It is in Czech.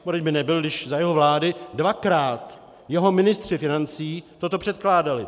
Bodejť by nebyl, když za jeho vlády dvakrát jeho ministři financí toto předkládali.